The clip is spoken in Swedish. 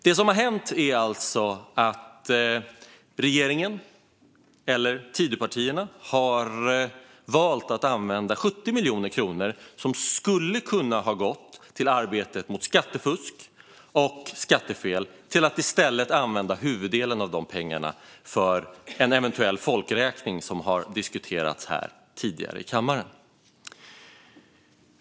Det som har hänt är att Tidöpartierna har valt att använda huvuddelen av närmare 70 miljoner kronor som skulle kunna ha gått till arbetet mot skattefusk och skattefel till den eventuella folkräkning som tidigare diskuterats här i kammaren.